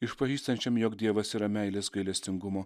išpažįstančiam jog dievas yra meilės gailestingumo